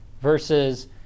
versus